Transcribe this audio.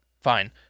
Fine